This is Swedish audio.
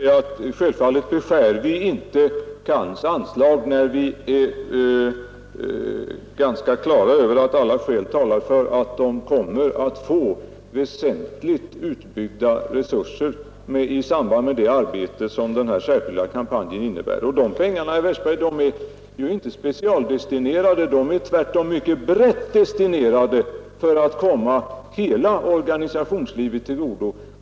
Herr talman! Låt mig bara kort säga att vi självfallet inte beskär CAN:s anslag, när vi är på det klara med att alla skäl talar för att CAN kommer att få väsentligt utbyggda resurser i samband med det arbete som denna särskilda kampanj innebär. Dessa pengar, herr Westberg i Ljusdal, är inte specialdestinerade utan är tvärtom mycket brett destinerade för att komma hela organisationslivet till godo.